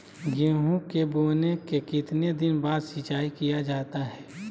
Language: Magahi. गेंहू के बोने के कितने दिन बाद सिंचाई किया जाता है?